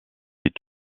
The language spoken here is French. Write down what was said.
est